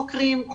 חוקרים,